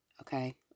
okay